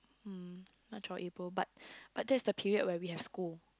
mm March or April but but that's the period where we have school